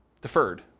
deferred